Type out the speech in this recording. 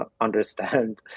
understand